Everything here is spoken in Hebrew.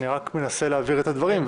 אני מנסה להבהיר את הדברים,